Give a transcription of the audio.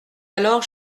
alors